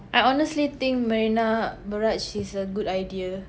I honestly think Marina Barrage is a good idea